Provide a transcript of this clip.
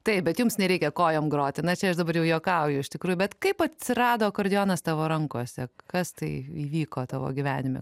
taip bet jums nereikia kojom groti na aš čia dabar jau juokauju iš tikrųjų bet kaip atsirado akordeonas tavo rankose kas tai įvyko tavo gyvenime